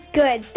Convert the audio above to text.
good